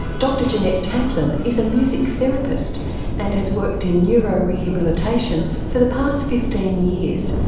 dr jeanette tamplin is a music therapist and has worked in neuro-rehabilitation for the past fifteen years,